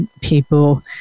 people